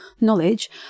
knowledge